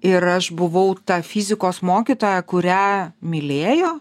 ir aš buvau ta fizikos mokytoja kurią mylėjo